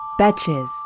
Betches